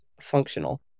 functional